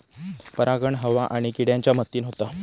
परागण हवा आणि किड्यांच्या मदतीन होता